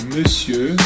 Monsieur